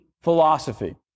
philosophy